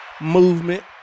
movement